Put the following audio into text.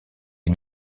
est